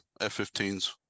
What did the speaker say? F-15s